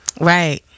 Right